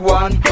one